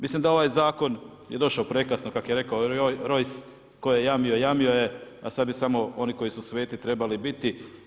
Mislim da ovaj zakon je došao prekasno kako je rekao Rojs, ko je jamio jamio je, a sad bi samo oni koji su sveti trebali biti.